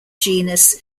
genus